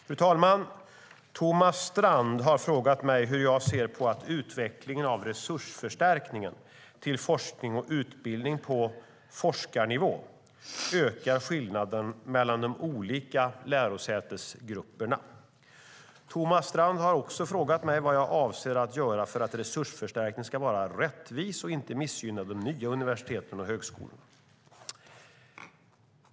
Fru talman! Thomas Strand har frågat mig hur jag ser på att utvecklingen av resursförstärkningen till forskning och utbildning på forskarnivå ökar skillnaden mellan de olika lärosätesgrupperna. Thomas Strand har också frågat mig vad jag avser att göra för att resursförstärkningen ska vara rättvis och inte missgynna de nya universiteten och högskolorna.